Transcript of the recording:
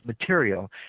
material